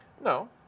No